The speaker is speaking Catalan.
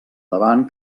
davant